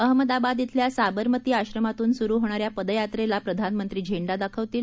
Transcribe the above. अहमदाबाद धिल्या साबरमती आश्रमातून सुरू होणाऱ्या पदयात्रेला प्रधानमंत्री झेंडा दाखवतील